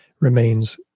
remains